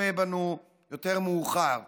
יצפה בנו מאוחר יותר.